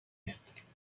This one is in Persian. است